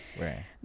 Right